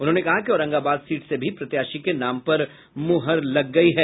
उन्होंने कहा कि औरंगाबाद सीट से भी प्रत्याशी के नाम पर मुहर लग गयी है